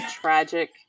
tragic